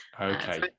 Okay